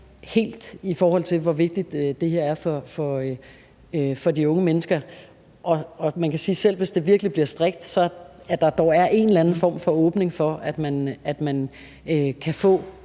i forhold til hvor vigtigt det her er for de unge mennesker. Og man kan sige, at selv hvis det virkelig bliver strikt, er der dog en eller anden form for åbning for, at man kan få